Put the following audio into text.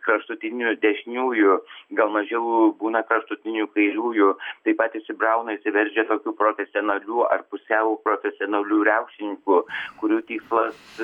kraštutinių dešiniųjų gal mažiau būna kraštutinių kairiųjų taip pat įsibrauna įsiveržia tokių profesionalių ar pusiau profesionalių riaušininkų kurių tikslas